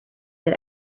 that